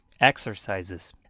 Exercises